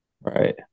Right